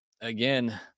Again